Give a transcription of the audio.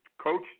Coach